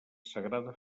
sagrada